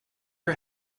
her